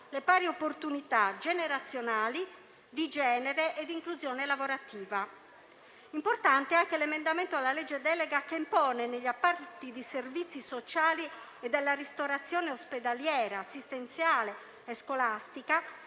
le pari opportunità generazionali, di genere e di inclusione lavorativa. Importante è anche l'emendamento alla legge delega che impone, negli appalti di servizi sociali e della ristorazione ospedaliera, assistenziale e scolastica,